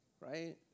Right